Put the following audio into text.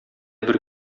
бер